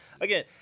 Again